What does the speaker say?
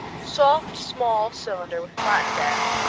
soft, small cylinder with flattened end,